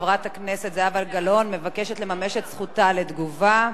חברת הכנסת זהבה גלאון מבקשת לממש את זכותה לתגובה.